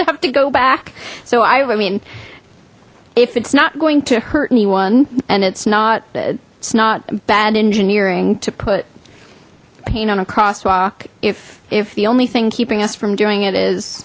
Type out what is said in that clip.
i'd have to go back so i mean if it's not going to hurt anyone and it's not that it's not bad engineering to put paint on a crosswalk if if the only thing keeping us from doing it is